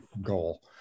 goal